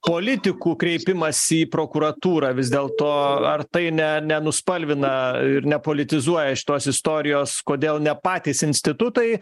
politikų kreipimąsi į prokuratūrą vis dėl to ar tai ne nenuspalvina ir nepolitizuoja šitos istorijos kodėl ne patys institutai